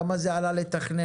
כמה זה עלה לתכנן?